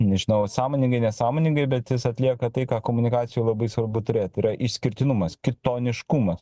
nežinau sąmoningai nesąmoningai bet jis atlieka tai ką komunikacijoj labai svarbu turėt tai yra išskirtinumas kitoniškumas